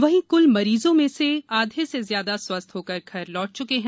वहीं कुल मरीजों में से आघे से ज्यादा स्वस्थ होकर घर लौट चुके हैं